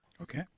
Okay